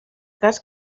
cas